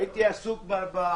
הייתי עסוק בקורונה.